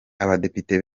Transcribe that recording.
abadepite